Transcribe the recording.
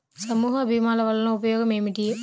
సమూహ భీమాల వలన ఉపయోగం ఏమిటీ?